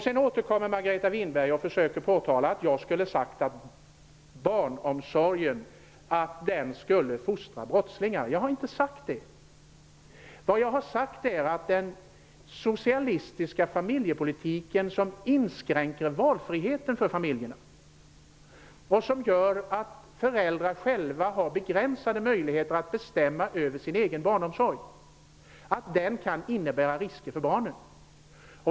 Sedan återkommer Margareta Winberg och försöker påtala att jag skulle ha sagt att barnomsorgen skulle fostra brottslingar. Jag har inte sagt det. Jag sade att den socialistiska familjepolitiken, som inskränker valfriheten för familjerna och som gör att föräldrar själva har begränsade möjligheter att bestämma över sin egen barnomsorg, kan innebära risker för barnen.